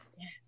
Yes